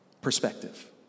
perspective